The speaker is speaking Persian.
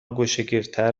گوشهگیرتر